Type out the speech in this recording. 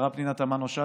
את השרה פנינה תמנו שטה,